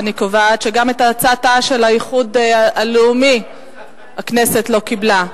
אני קובעת שגם את ההצעה של האיחוד הלאומי הכנסת לא קיבלה.